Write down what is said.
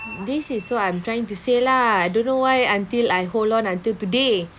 this is what I'm trying to say lah don't know why until I hold on until today